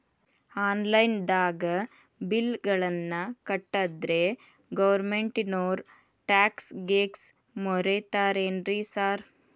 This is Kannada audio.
ಆನ್ಲೈನ್ ದಾಗ ಬಿಲ್ ಗಳನ್ನಾ ಕಟ್ಟದ್ರೆ ಗೋರ್ಮೆಂಟಿನೋರ್ ಟ್ಯಾಕ್ಸ್ ಗೇಸ್ ಮುರೇತಾರೆನ್ರಿ ಸಾರ್?